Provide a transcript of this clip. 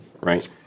right